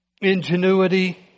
ingenuity